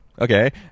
Okay